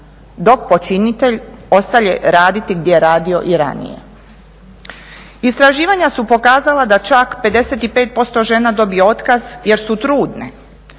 dok počinitelj ostaje raditi gdje je radio i ranije. Istraživanja su pokazala da čak 55% žena dobije otkaz jer su trudne.